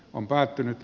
on päättynyt